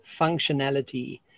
functionality